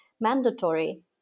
mandatory